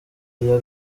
rya